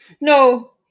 No